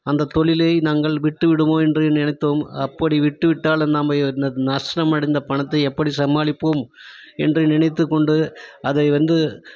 அந்த தொழிலை நாங்கள் விட்டு விடுமோ என்று நினைத்தோம் அப்படி விட்டு விட்டால் நாம் அந்த நஷ்டமடைந்த பணத்தை எப்படி சமாளிப்போம் என்று நினைத்து கொண்டு அதை வந்து